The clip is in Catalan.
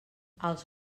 als